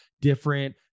different